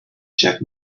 check